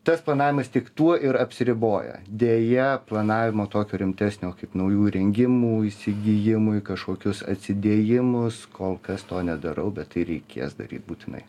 tas planavimas tik tuo ir apsiriboja deja planavimo tokio rimtesnio kaip naujų įrengimų įsigijimui kažkokius atidėjimus kol kas to nedarau bet tai reikės daryt būtinai